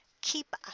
Keep